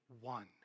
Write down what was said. one